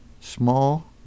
small